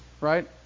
right